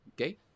Okay